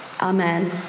Amen